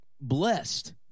blessed